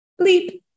bleep